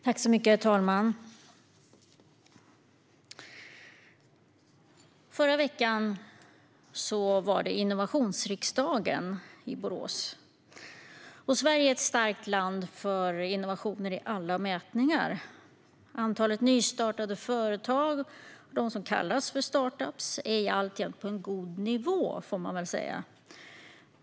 Herr talman! Förra veckan var det Innovationsriksdagen i Borås. Sverige är ett starkt land för innovationer i alla mätningar. Antalet nystartade företag, så kallade start-ups, är alltjämt på en god nivå, får man säga.